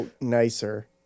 nicer